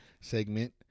Segment